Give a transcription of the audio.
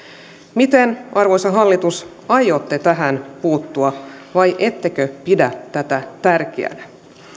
miten arvoisa hallitus aiotte tähän puuttua vai ettekö pidä tätä tärkeänä